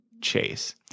Chase